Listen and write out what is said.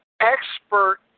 expert